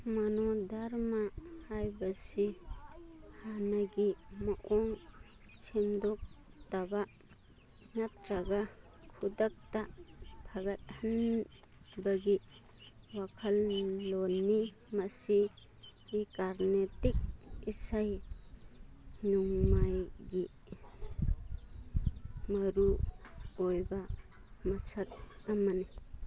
ꯃꯅꯣ ꯙꯔꯃ ꯍꯥꯏꯕꯁꯤ ꯍꯥꯟꯅꯒꯤ ꯃꯑꯣꯡ ꯁꯦꯝꯗꯣꯛꯇꯕ ꯅꯠꯇ꯭ꯔꯒ ꯈꯨꯗꯛꯇ ꯐꯒꯠꯍꯟꯕꯒꯤ ꯋꯥꯈꯜꯂꯣꯟꯅꯤ ꯃꯁꯤ ꯀꯥꯔꯅꯦꯇꯤꯛ ꯏꯁꯩ ꯅꯣꯡꯃꯥꯏꯒꯤ ꯃꯔꯨꯑꯣꯏꯕ ꯃꯁꯛ ꯑꯃꯅꯤ